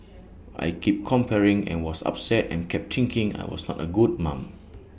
I keep comparing and was upset and kept thinking I was not A good mum